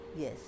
yes